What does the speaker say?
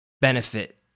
benefit